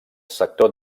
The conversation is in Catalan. sector